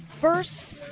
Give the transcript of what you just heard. first